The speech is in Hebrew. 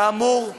כאמור,